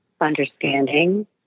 understanding